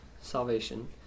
salvation